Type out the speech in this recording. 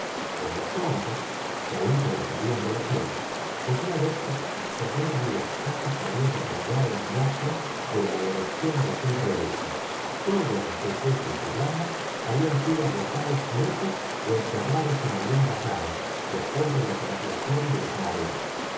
por los troncos que aun sobresalían de la tierra podía verse qué soberbio boscaje se había derribado en gracia de la erección de aquel reducto todos los desechos y ramas habían sido arrojados lejos ó enterrados en algún vallado después de la traslación de los maderos